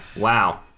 Wow